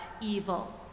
evil